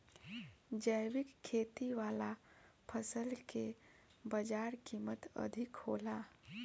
जैविक खेती वाला फसल के बाजार कीमत अधिक होला